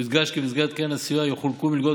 ויודגש כי במסגרת קרן הסיוע יחולקו מלגות